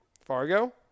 Fargo